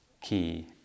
key